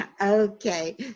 Okay